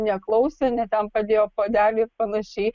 neklausė ne ten padėjo puodelį ir panašiai